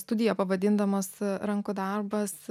studiją pavadindamos rankų darbas